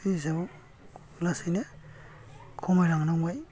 बे हिसाबाव लासैनो खमाय लांनांबाय